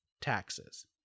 taxes